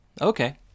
Okay